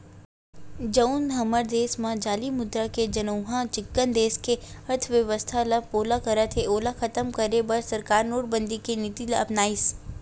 जउन हमर देस म जाली मुद्रा हे जउनहा चिक्कन देस के अर्थबेवस्था ल पोला करत हे ओला खतम करे बर सरकार नोटबंदी के नीति ल अपनाइस